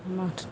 माथो